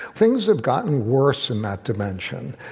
things have gotten worse in that dimension.